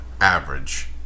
average